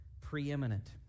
preeminent